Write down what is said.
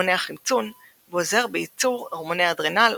מונע חמצון ועוזר בייצור הורמוני אדרנל,